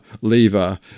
lever